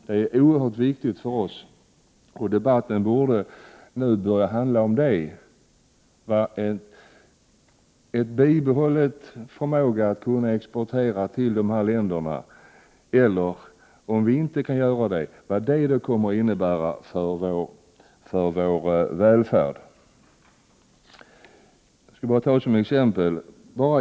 Det är oerhört viktigt för oss. Debatten borde nu handla om en bibehållen förmåga att kunna exportera till dessa andra länder, och om vi inte kan exportera borde debatten handla om vad det kommer att innebära för vår välfärd. Jag skall bara nämna ett exempel.